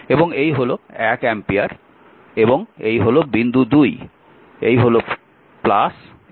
এবং এই হল l অ্যাম্পিয়ার এবং এই হল বিন্দু 2 এই হল এই হল